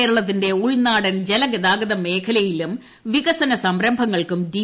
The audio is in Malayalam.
കേരളത്തിന്റെ ഉൾനാടൻ ജലഗതാഗത മേഖലയിലും വികസന സംരംഭങ്ങൾക്കും ഡി